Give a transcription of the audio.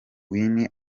wine